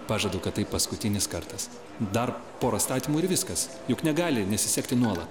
pažadu kad tai paskutinis kartas dar pora statymų ir viskas juk negali nesisekti nuolat